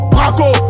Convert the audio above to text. Braco